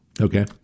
Okay